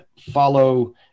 follow